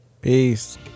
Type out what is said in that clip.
Peace